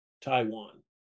Taiwan